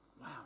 Wow